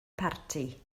parti